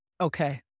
Okay